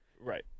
Right